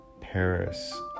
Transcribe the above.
Paris